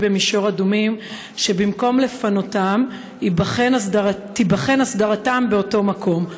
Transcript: במישור אדומים שבמקום לפנותם תיבחן הסדרתם באותו מקום.